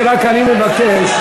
מה שאתה עושה,